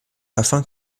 afin